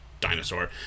dinosaur